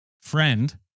Friend